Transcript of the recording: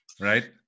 right